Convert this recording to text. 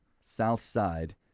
Southside